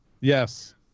Yes